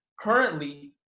currently